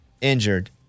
injured